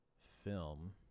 film